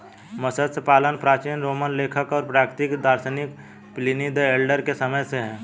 मत्स्य पालन प्राचीन रोमन लेखक और प्राकृतिक दार्शनिक प्लिनी द एल्डर के समय से है